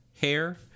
hair